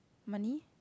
money